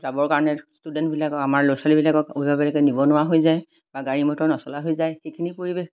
যাবৰ কাৰণে ষ্টুডেণ্টবিলাকক আমাৰ ল'ৰা ছোৱালীবিলাকক অভিভাৱকে নিব নোৱাৰা হৈ যায় বা গাড়ী মটৰ নচলা হৈ যায় সেইখিনি পৰিৱেশ